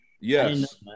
Yes